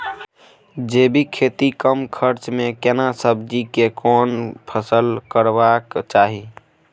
जैविक खेती कम खर्च में केना सब्जी के कोन फसल करबाक चाही?